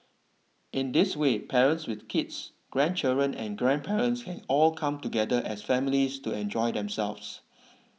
in this way parents with kids grandchildren and grandparents can all come together as families to enjoy themselves